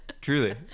Truly